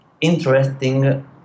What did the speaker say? interesting